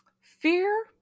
Fear